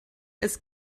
als